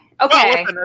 Okay